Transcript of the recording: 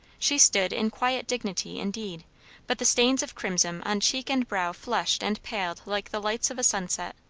she stood in quiet dignity, indeed but the stains of crimson on cheek and brow flushed and paled like the lights of a sunset.